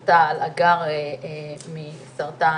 על ההמתנה.